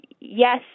yes